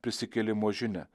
prisikėlimo žinią